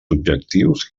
objectius